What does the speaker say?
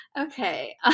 Okay